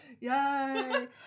Yay